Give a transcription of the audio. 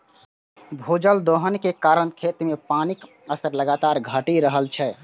भूजल दोहन के कारण खेत मे पानिक स्तर लगातार घटि रहल छै